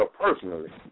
personally